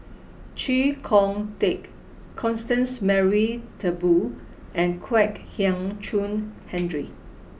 Chee Kong Tet Constance Mary Turnbull and Kwek Hian Chuan Henry